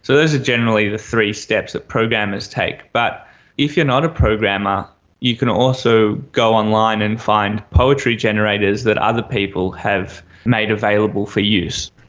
so those are generally the three steps that programmers take. but if you're not a programmer you can also go online and find poetry generators that other people have made available for use.